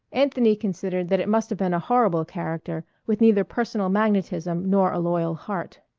anthony considered that it must have been a horrible character with neither personal magnetism nor a loyal heart.